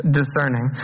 discerning